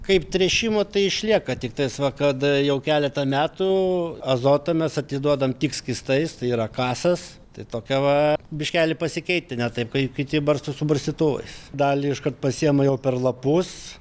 kaip tręšimo tai išlieka tiktais va kad jau keletą metų azotą mes atiduodam tik skystais tai yra kasas tai tokia va biškelį pasikeitę ne taip kaip kiti barsto su barstytuvais dalį iškart pasiima jau per lapus